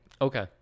Okay